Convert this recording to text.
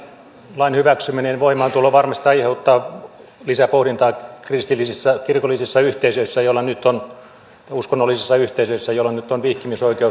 on totta että lain hyväksyminen ja voimaantulo varmasti aiheuttavat lisäpohdintaa kristillisissä kirkollisissa yhteisöissä ja uskonnollisissa yhteisöissä joilla nyt on vihkimisoikeus